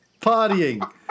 partying